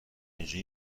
اینجوری